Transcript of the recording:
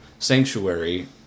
sanctuary